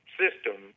system